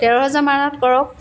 তেৰ হেজাৰমানত কৰক